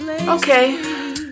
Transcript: Okay